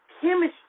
chemistry